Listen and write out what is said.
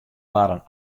waarden